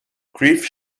grief